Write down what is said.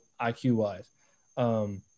IQ-wise